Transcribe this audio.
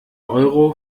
euro